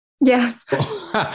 Yes